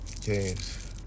James